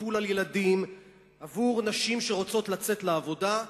טיפול בילדים עבור נשים שרוצות לצאת לעבודה,